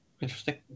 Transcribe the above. Interesting